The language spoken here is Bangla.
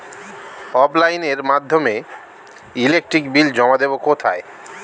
অফলাইনে এর মাধ্যমে ইলেকট্রিক বিল জমা দেবো কোথায়?